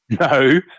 No